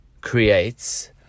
creates